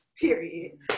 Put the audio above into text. Period